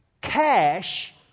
cash